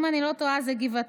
אם אני לא טועה זה גבעתיים,